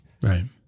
Right